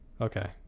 Okay